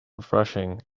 refreshing